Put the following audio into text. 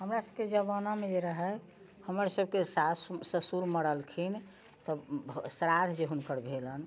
हमरा सभके जमानामे जे रहै हमर सभके सास ससुर जे मरलखिन तब श्राद्ध जे हुनकर भेलनि